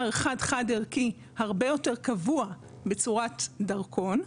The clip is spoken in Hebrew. חד-חד ערכי הרבה יותר קבוע בצורת מספר דרכון,